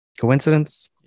Coincidence